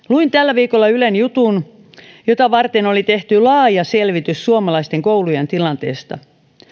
luin tällä viikolla ylen jutun jota varten oli tehty laaja selvitys suomalaisten koulujen tilanteesta